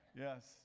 Yes